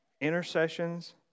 intercessions